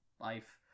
Life